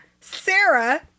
Sarah